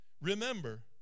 Remember